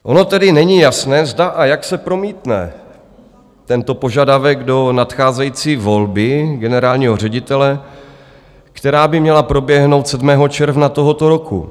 Ono tedy není jasné, zda a jak se promítne tento požadavek do nadcházející volby generálního ředitele, která by měla proběhnout 7. června tohoto roku.